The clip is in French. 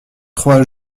trois